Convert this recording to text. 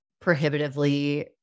prohibitively